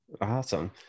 Awesome